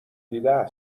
دیده